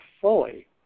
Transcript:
fully